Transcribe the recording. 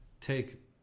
take